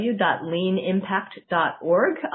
www.leanimpact.org